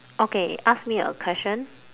okay ask me a question